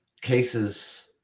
cases